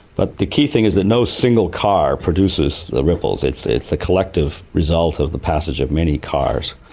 but the key thing is that no single car produces the ripples, it's it's a collective result of the passage of many cars.